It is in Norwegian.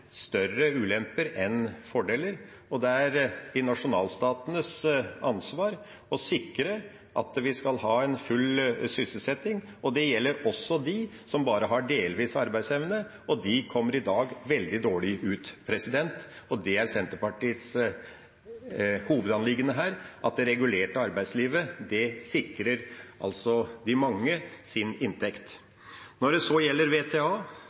er nasjonalstatenes ansvar å sikre at en har full sysselsetting. Det gjelder også de som bare delvis har arbeidsevne, og de kommer i dag veldig dårlig ut. Senterpartiets hovedanliggende er at det regulerte arbeidslivet sikrer de manges inntekt. Når det så gjelder